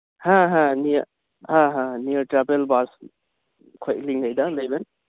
ᱦᱮᱸ ᱦᱮᱸ ᱱᱤᱭᱟᱹ ᱦᱮᱸ ᱦᱮᱸ ᱱᱤᱭᱟᱹ ᱴᱨᱟᱵᱷᱮᱞ ᱵᱟᱥ ᱠᱷᱚᱡ ᱞᱤᱝ ᱞᱟᱹᱭ ᱫᱟ ᱞᱟᱹᱭᱵᱮᱱ